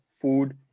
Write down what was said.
food